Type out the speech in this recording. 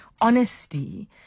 honesty